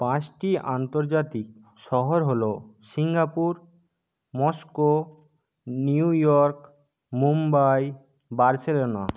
পাঁচটি আন্তর্জাতিক শহর হলো Singapore Moscow New York Mumbai Barcelona